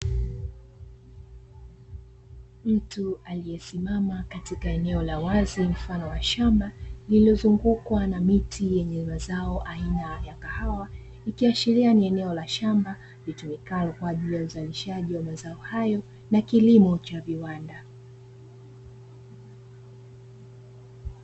Mtu aliyesimama katika eneo la wazi mfano wa shamba lililozungukwa na miti yenye mazao aina ya kahawa ,ikiashiria ni eneo la shamba litumikalo kwa ajili ya uzalishaji wa mazao hayo ya kilimo cha viwanda.